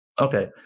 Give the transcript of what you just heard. Okay